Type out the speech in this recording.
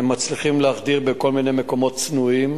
הם מצליחים להחדיר בכל מיני מקומות צנועים.